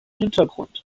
hintergrund